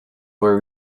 were